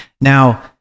Now